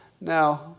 Now